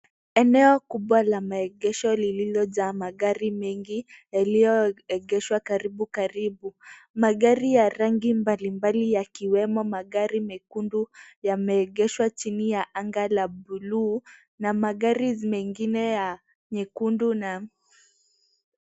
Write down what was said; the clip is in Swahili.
Eneo kubwa la maegesho lililojaa magari mengi yaliyoegeshwa karibu karibu. Magari mbalimbali yakiwemo magari mekundu yameegeshwa chini ya anga la bluu na magari mengine ya nyekundu na